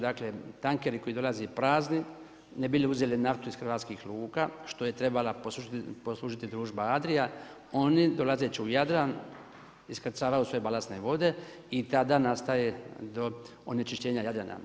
Dakle, tankeri koji dolaze prazni ne bi li uzeli naftu iz hrvatskih luka što je trebala poslužiti Družba Adria oni dolazeći u Jadran iskrcavaju svoje balastne vode i tada nastaje onečišćenje Jadrana.